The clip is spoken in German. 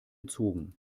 gezogen